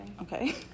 Okay